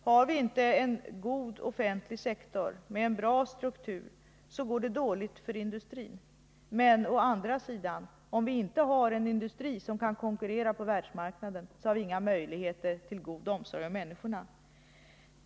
Har vi inte en god offentlig sektor med &n bra struktur, så går det dåligt för industrin. Å andra sidan: Om vi inte har en industri som kan konkurrera på världsmarknaden, har vi inte heller möjligheter till en god omsorg om människorna.